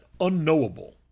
unknowable